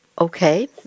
okay